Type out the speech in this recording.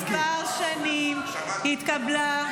לפני כמה שנים התקבלה,